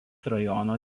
rajono